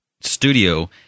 Studio